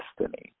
destiny